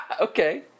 Okay